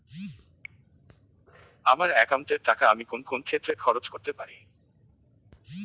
আমার একাউন্ট এর টাকা আমি কোন কোন ক্ষেত্রে খরচ করতে পারি?